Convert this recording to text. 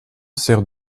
sert